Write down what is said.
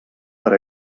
per